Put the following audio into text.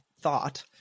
thought